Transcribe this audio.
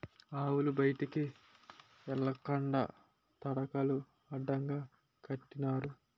ఆవులు బయటికి ఎల్లకండా తడకలు అడ్డగా కట్టినారు